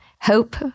Hope